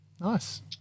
Nice